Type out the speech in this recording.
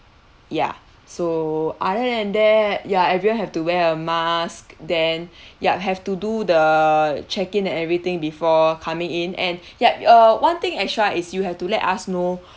ya so other than that ya everyone have to wear a mask then yup have to do the check in and everything before coming in and yup uh one thing extra is you have to let us know